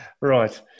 Right